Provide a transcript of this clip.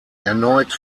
erneut